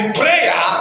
prayer